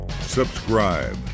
subscribe